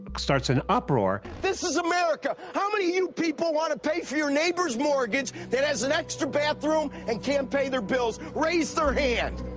starts an uproar. this is america! how many of you people want to pay for your neighbor's mortgage that has an extra bathroom and can't pay their bills? raise their hand!